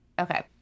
Okay